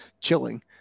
chilling